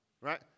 right